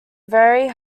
very